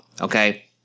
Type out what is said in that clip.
Okay